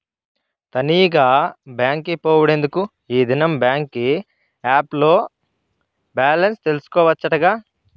తనీగా బాంకి పోవుడెందుకూ, ఈ దినం బాంకీ ఏప్ ల్లో బాలెన్స్ తెల్సుకోవచ్చటగా